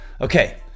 Okay